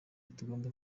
tugomba